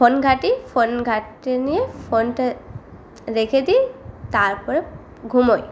phone ঘাঁটি phone ঘেঁটে নিয়ে ফোনটা রেখে দিই তারপরে ঘুমোই